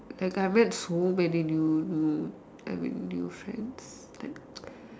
like I met so many new new I mean new friends like